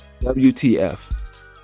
WTF